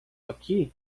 aqui